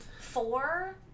Four